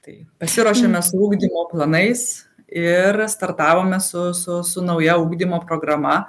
tai pasiruošėme su ugdymo planais ir startavome su su su nauja ugdymo programa